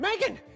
Megan